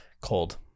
Cold